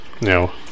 no